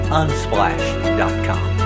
unsplash.com